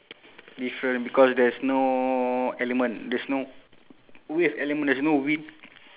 different because there's no element there's no wave element there's no wave